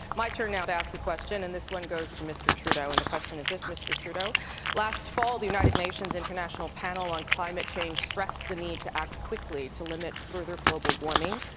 my turn now to ask a question. and this one goes to mr. trudeau. and the question is this, mr. trudeau last fall the united nations international panel on climate change stressed the need to act quickly to limit further global warming.